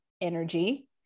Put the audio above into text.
energy